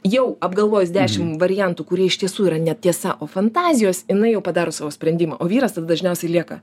jau apgalvojęs dešim variantų kurie iš tiesų yra netiesa o fantazijos jinai jau padaro savo sprendimą o vyras tada dažniausiai lieka